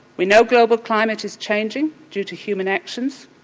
we know global climate is changing due to human actions.